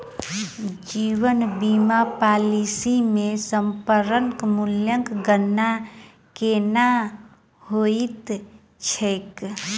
जीवन बीमा पॉलिसी मे समर्पण मूल्यक गणना केना होइत छैक?